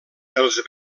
els